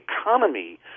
economy